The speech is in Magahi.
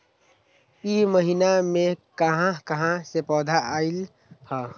इह महिनमा मे कहा कहा से पैसा आईल ह?